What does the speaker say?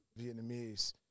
Vietnamese